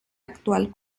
actual